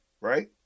right